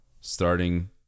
starting